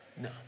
No